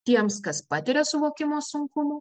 tiems kas patiria suvokimo sunkumų